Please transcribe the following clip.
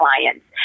clients